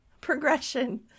progression